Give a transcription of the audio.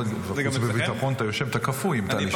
בחוץ וביטחון אתה קפוא, אם טלי שם.